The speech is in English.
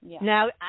Now